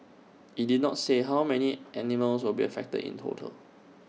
IT did not say how many animals will be affected in total